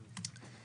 אותה.